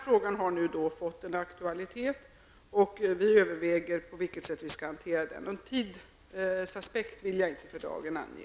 Frågan har nu fått en aktualitet, och regeringen överväger på vilket sätt frågan skall hanteras. Någon tidsaspekt vill jag inte för dagen ange.